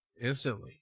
instantly